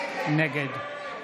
נגד נגד.